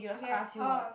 okay ah orh